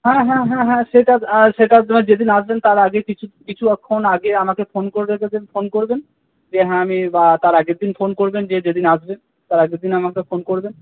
হ্যাঁ হ্যাঁ হ্যাঁ হ্যাঁ সেটার সেটার না হয় যেদিন আসবেন তার আগে কিছু কিছুক্ষণ আগে আমাকে ফোন করে দেবেন ফোন করবেন যে হ্যাঁ আমি বা তার আগের দিন ফোন করবেন যে যেদিন আসবেন তার আগের দিন আমাকে ফোন করবেন